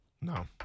No